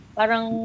parang